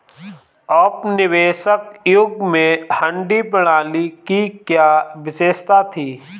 औपनिवेशिक युग में हुंडी प्रणाली की क्या विशेषता थी?